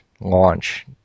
launch